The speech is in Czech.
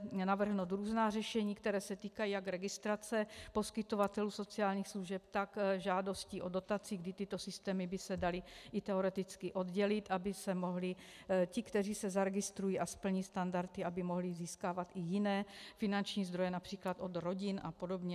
Lze navrhnout různá řešení, která se týkají jak registrace poskytovatelů sociálních služeb, tak žádostí o dotace, kdy tyto systémy by se daly i teoreticky oddělit, aby mohli ti, kteří se zaregistrují a splní standardy, získávat i jiné finanční zdroje, například od rodin apod.